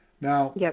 Now